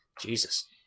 Jesus